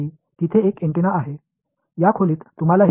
கதிர்வீச்சு அந்த அறை முழுவதும் உள்ளது